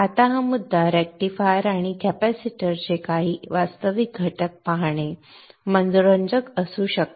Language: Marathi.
आता हा मुद्दा रेक्टिफायर आणि कॅपेसिटरचे काही वास्तविक घटक पाहणे मनोरंजक असू शकते